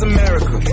America